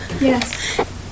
Yes